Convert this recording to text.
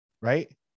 right